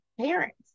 parents